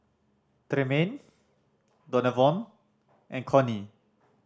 Tremayne Donavon and Connie